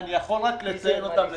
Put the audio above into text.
אני יכול רק לציין אותם לטובה.